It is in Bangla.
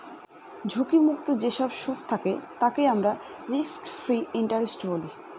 ঝুঁকি মুক্ত যেসব সুদ থাকে তাকে আমরা রিস্ক ফ্রি ইন্টারেস্ট বলি